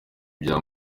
ibya